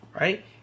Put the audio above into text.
right